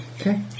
Okay